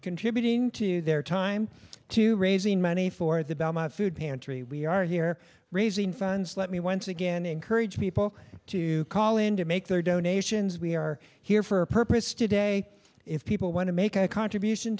contributing to their time to raising money for the belmont food pantry we are here raising funds let me once again encourage people to call in to make their donations we are here for a purpose today if people want to make a contribution